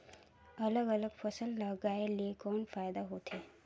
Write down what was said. अलग अलग फसल लगाय ले कौन फायदा होथे?